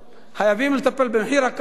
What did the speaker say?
חייבים לטפל במחיר הקרקע,